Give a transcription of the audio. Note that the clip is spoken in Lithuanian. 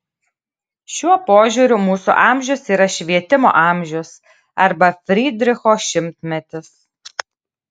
šiuo požiūriu mūsų amžius yra švietimo amžius arba frydricho šimtmetis